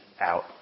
out